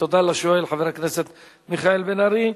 תודה לשואל, חבר הכנסת מיכאל בן-ארי.